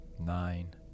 nine